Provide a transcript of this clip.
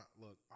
look